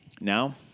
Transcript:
Now